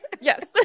yes